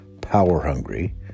power-hungry